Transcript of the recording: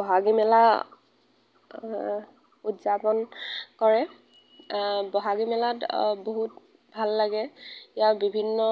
ব'হাগী মেলা উদযাপন কৰে ব'হাগী মেলাত বহুত ভাল লাগে ইয়াৰ বিভিন্ন